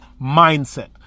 mindset